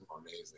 Amazing